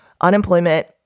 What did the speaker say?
unemployment